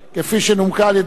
כפי שנומקה על-ידי